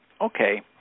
okay